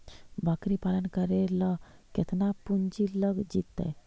बकरी पालन करे ल केतना पुंजी लग जितै?